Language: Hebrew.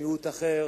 מיעוט אחר.